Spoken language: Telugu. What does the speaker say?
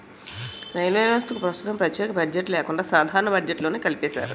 రైల్వే వ్యవస్థకు ప్రస్తుతం ప్రత్యేక బడ్జెట్ లేకుండా సాధారణ బడ్జెట్లోనే కలిపేశారు